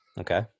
Okay